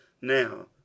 Now